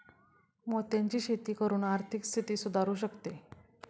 मोत्यांची शेती करून आर्थिक स्थिती सुधारु शकते